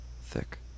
thick